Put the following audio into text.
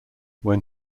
when